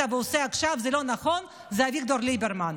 ועושה עכשיו זה לא נכון זה אביגדור ליברמן.